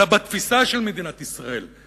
אלא בתפיסה של מדינת ישראל,